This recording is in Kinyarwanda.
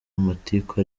amatiku